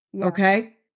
Okay